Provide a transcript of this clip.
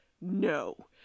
no